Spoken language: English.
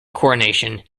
coronation